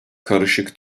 karışık